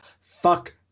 Fuck